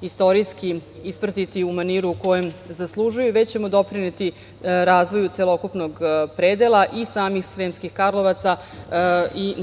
kulturno-istorijski ispratiti u maniru kojem zaslužuju, već ćemo doprineti razvoju celokupnog predela i samih Sremskih Karlovaca i